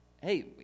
hey